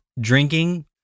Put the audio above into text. drinking